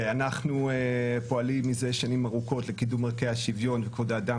אנחנו פועלים מזה שנים ארוכות לקידום ערכי השווין וכבוד האדם